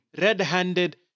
red-handed